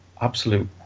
absolute